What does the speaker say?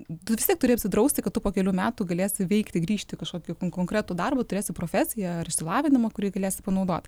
tu vis tiek turi apsidrausti kad tu po kelių metų galėsi veikti grįžti į kažkokį konkretų darbą turėsi profesiją ar išsilavinimą kurį galėsi panaudoti